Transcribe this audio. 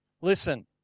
listen